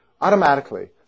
automatically